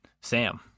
Sam